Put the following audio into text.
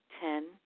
ten